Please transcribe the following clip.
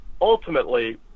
ultimately